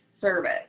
service